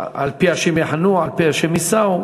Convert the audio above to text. על-פי ה' יחנו ועל-פי ה' ייסעו.